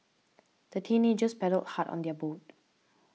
the teenagers paddled hard on their boat